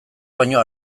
baino